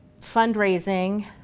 fundraising